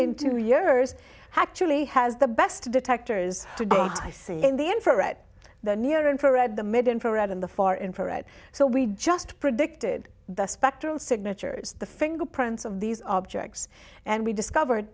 in two years actually has the best detectors i see in the infrared the near infrared the mid infrared and the far infrared so we just predicted the spectral signatures the fingerprints of these objects and we discovered